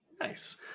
nice